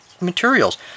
materials